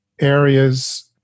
areas